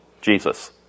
Jesus